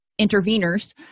interveners